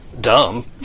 dumb